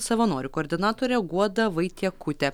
savanorių koordinatorė guoda vaitiekutė